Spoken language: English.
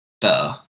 better